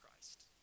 Christ